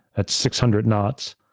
at six hundred knots,